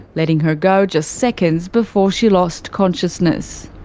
letting her go just seconds before she lost consciousness.